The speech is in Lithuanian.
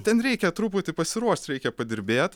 ten reikia truputį pasiruošt reikia padirbėt